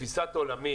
תפיסת עולמי